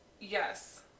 Yes